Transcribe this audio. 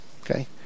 Okay